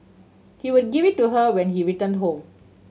he would give it to her when he returned home